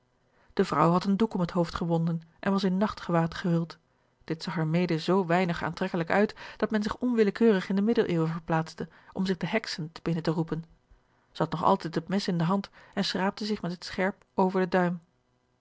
de vrouw had een doek om het hoofd gewonden en was in nachtgewaad gehuld dit zag er mede zoo weinig aantrekkelijk uit dat men zich onwillekeurig in de middeleeuwen verplaatste om zich de heksen te binnen te roepen zij had nog altijd het mes in de hand en schraapte zich met het scherp over den duim